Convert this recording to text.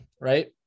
Right